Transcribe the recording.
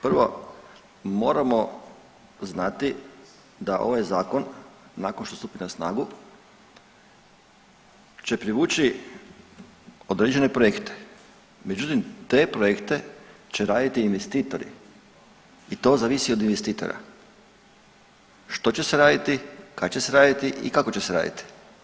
Prvo moramo znati da ovaj zakon nakon što stupi na snagu će privući određene projekte, međutim te projekte će raditi investitori i to zavisi od investitora što će se raditi, kad će se raditi i kako će se raditi.